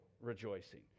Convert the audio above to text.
rejoicing